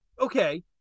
Okay